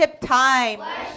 time